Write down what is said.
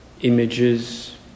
images